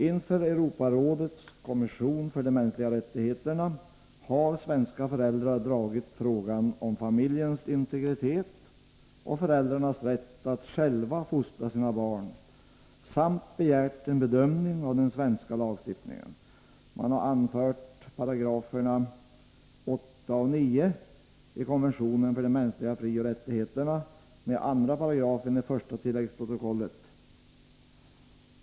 Inför Europarådets kommission för de mänskliga rättigheterna har emellertid svenska föräldrar dragit frågan om familjens integritet och föräldrarnas rätt att själva fostra sina barn samt begärt en bedömning av den svenska lagstiftningen. Man har jämfört 8 och 9 §§ i konventionen för de mänskliga frioch rättigheterna med 2 § i första tilläggsprotokollet.